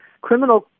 Criminal